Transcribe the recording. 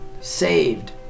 saved